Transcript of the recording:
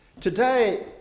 Today